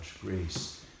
grace